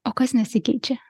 o kas nesikeičia